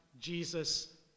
Jesus